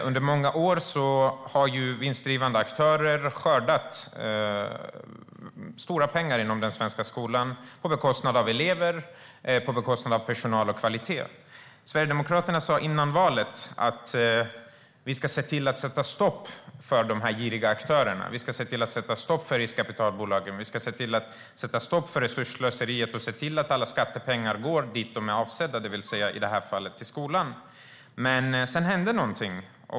Under många år har vinstdrivande aktörer skördat stora pengar inom den svenska skolan på bekostnad av elever och på bekostnad av personal och kvalitet. Sverigedemokraterna sa före valet: Vi ska se till att sätta stopp för dessa giriga aktörer. Vi ska se till att sätta stopp för riskkapitalbolagen. Vi ska se till att sätta stopp för resursslöseriet och se till att alla skattepengar går till det som de är avsedda för, och i detta fall till skolan. Men sedan hände någonting.